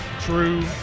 true